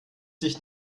dich